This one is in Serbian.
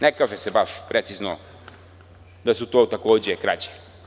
Ne kaže se baš precizno da su to takođe krađe.